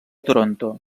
toronto